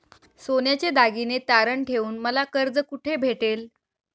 सोन्याचे दागिने तारण ठेवून मला कर्ज कुठे भेटेल?